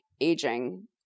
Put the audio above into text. aging